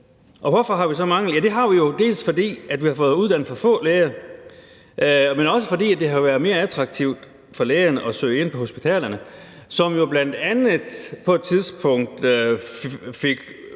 er. Hvorfor har vi lægemangel? Det har vi jo, dels fordi vi har fået uddannet for få læger, dels fordi det har været mere attraktivt for lægerne at søge ind på hospitalerne, som jo bl.a. på et tidspunkt